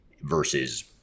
versus